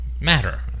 matter